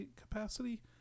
capacity